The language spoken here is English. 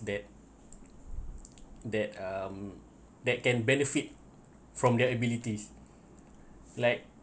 that that um that can benefit from their abilities like